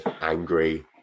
angry